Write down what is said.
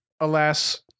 alas